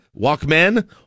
Walkman